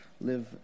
live